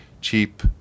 cheap